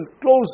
close